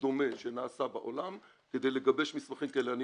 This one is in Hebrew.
דומה שנעשה בעולם כדי לגבש מסמכים כאלה.